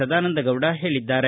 ಸದಾನಂದಗೌಡ ಹೇಳಿದ್ದಾರೆ